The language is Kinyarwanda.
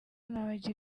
nabagira